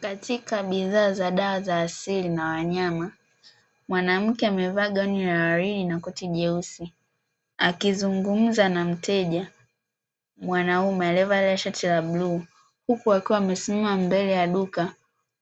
Katika bidhaa za dawa za asili na wanyama ,mwanamke amevaa gauni la waridi na koti jeusi akivungumza na mteja mwanaume alievalia shati la bluu , huku akiwa amesimama mbele ya duka